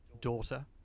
daughter